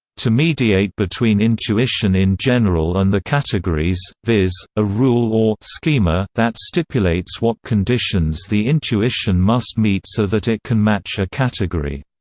to mediate between intuition in general and the categories, viz, a rule or schema that stipulates what conditions the intuition must meet so that it can match a category.